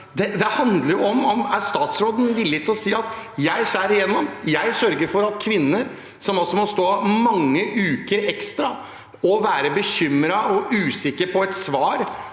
Det handler om hvorvidt statsråden er villig til å si: Jeg skjærer igjennom, jeg sørger for at kvinnene som må vente mange uker ekstra og være bekymret og usikker på et svar,